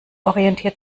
orientiert